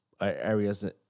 Areas